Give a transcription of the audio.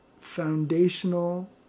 foundational